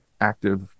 active